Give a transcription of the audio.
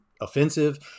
offensive